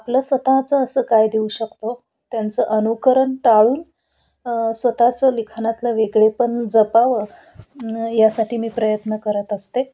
आपलं स्वतःचं असं काय देऊ शकतो त्यांचं अनुकरण टाळून स्वतःचं लिखाणातलं वेगळेपण जपावं यासाठी मी प्रयत्न करत असते